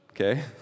Okay